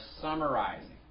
summarizing